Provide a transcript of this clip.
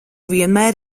vienmēr